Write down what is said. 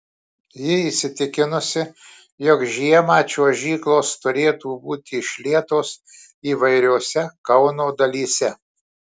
ji įsitikinusi jog žiemą čiuožyklos turėtų būti išlietos įvairiose kauno dalyse